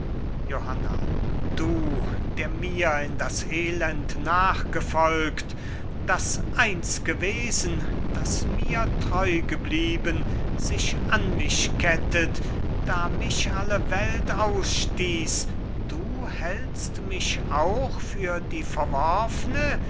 johanna du der mir in das elend nachgefolgt das einzge wesen das mir treu geblieben sich an mich kettet da mich alle welt ausstieß du hältst mich auch für die verworfne